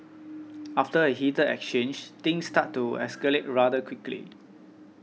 after a heated exchange things started to escalate rather quickly